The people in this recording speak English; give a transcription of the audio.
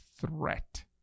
threat